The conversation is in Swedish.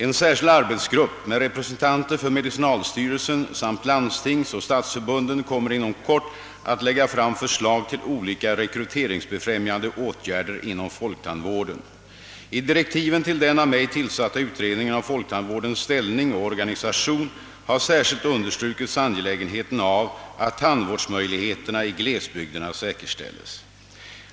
En särskild arbetsgrupp med representanter för medicinalstyrelsen samt landstingsoch stadsförbunden kommer inom kort att lägga fram förslag till olika rekryteringsbefrämjande åtgärder inom folktandvården. I direktiven till den av mig tillsatta utredningen om folktandvårdens ställning och organisation har särskilt understrukits angelägenheten av att tandvårdsmöjligheterna i glesbygderna säkerställs.